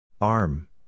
Arm